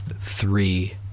three